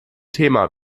thema